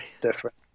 different